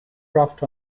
croft